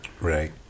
Right